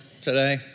today